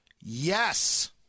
Yes